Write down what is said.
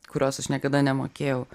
kurios aš niekada nemokėjau